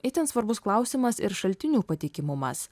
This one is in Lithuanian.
itin svarbus klausimas ir šaltinių patikimumas